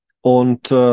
und